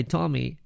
Tommy